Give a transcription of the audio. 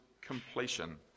completion